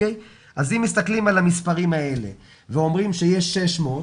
אז אם מסתכלים על המספרים האלה ואומרים שיש 600,